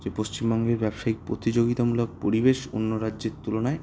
তো পশ্চিমবঙ্গের ব্যবসায়িক প্রতিযোগিতামূলক পরিবেশ অন্য রাজ্যের তুলনায়